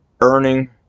earning